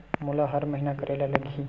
मोला हर महीना करे ल लगही?